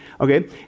Okay